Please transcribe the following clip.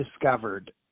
discovered